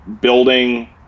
building –